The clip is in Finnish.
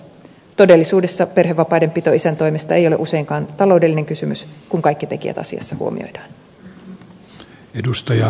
todellisuudessa perhevapaiden pito isän toimesta ei ole useinkaan taloudellinen kysymys kun kaikki tekijät asiassa huomioidaan